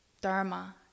dharma